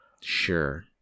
Sure